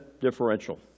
differential